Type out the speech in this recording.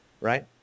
right